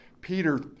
Peter